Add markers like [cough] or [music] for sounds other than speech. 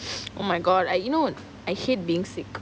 [breath] oh my god I you know I hate being sick